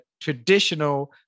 traditional